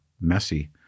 messy